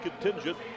contingent